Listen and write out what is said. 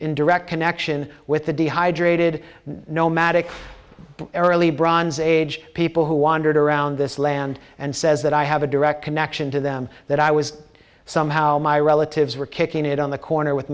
in direct connection with the de hydrated nomadic early bronze age people who wandered around this land and says that i have a direct connection to them that i was somehow my relatives were kicking it on the corner with